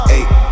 Eight